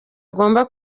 agomba